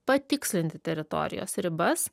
patikslinti teritorijos ribas